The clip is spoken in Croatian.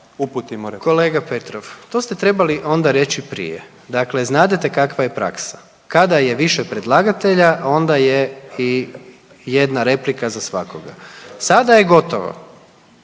(HDZ)** Kolega Petrov, to ste trebali onda reći prije. Dakle, znadete kakva je praksa. Kada je više predlagatelja, onda je i jedna replika za svakoga. Sada je gotovo.